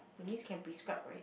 that means can prescribe right